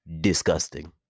disgusting